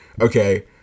okay